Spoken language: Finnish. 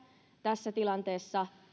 tässä tilanteessa